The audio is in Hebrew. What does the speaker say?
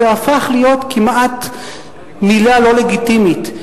זה הפך להיות כמעט מלה לא לגיטימית,